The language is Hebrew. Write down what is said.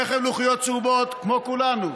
רכב עם לוחיות צהובות, כמו כולנו,